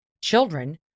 children